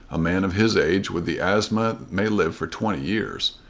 a man of his age with the asthma may live for twenty years,